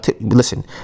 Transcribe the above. listen